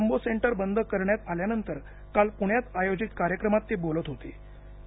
jumbo centre बंद करण्यात आल्यानंतर काल प्ण्यात आयोजित कार्यक्रमात ते बोलत हेाते